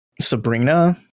Sabrina